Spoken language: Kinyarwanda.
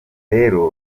rero